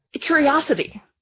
curiosity